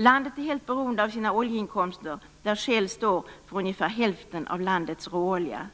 Landet är helt beroende av sina oljeinkomster, och Shell står för ungefär hälften av landets råolja.